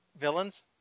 villains